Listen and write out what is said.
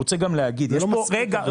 זה לא מספיק.